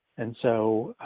and so,